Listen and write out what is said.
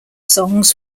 songs